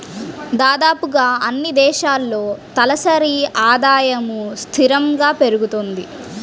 దాదాపుగా అన్నీ దేశాల్లో తలసరి ఆదాయము స్థిరంగా పెరుగుతుంది